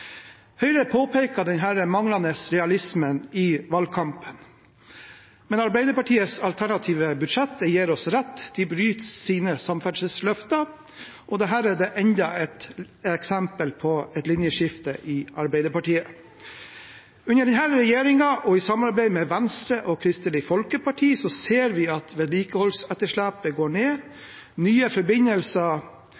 manglende realismen i valgkampen. Arbeiderpartiets alternative budsjett gir oss rett. De bryter sine samferdselsløfter. Dette er enda et eksempel på linjeskiftet i Arbeiderpartiet. Under denne regjeringen og i samarbeid med Venstre og Kristelig Folkeparti ser vi at vedlikeholdsetterslepet går ned,